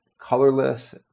colorless